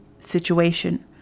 situation